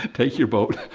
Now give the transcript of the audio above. take your boat.